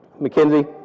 Mackenzie